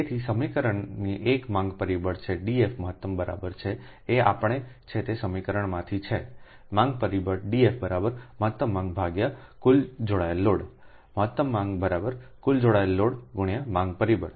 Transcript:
તેથી સમીકરણથી એક માંગ પરિબળ છે DF મહત્તમ બરાબર છે આ આપણે છે તે સમીકરણમાંથી છે માંગ પરિબળDF મહત્તમ માંગ કુલ જોડાયેલ લોડ મહત્તમ માંગકુલ જોડાયેલ લોડ ×માંગ પરિબળ